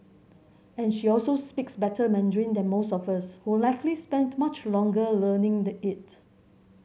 and she also speaks better Mandarin than most of us who likely spent much longer learning the it